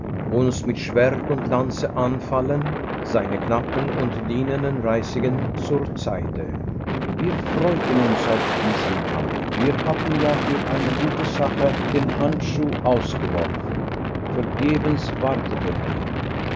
uns mit schwert und lanze anfallen seine knappen und dienenden reisigen zur seite wir freuten uns auf diesen kampf wir hatten ja für eine gute sache den handschuh ausgeworfen vergebens warte ten wir